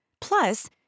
Plus